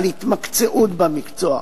על התמקצעות במקצוע.